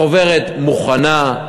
החוברת מוכנה.